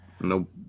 Nope